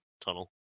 tunnel